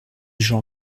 jean